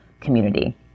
community